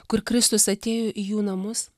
kur kristus atėjo į jų namus